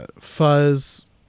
Fuzz